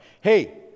hey